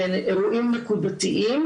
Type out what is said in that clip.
ובאירועים נקודתיים.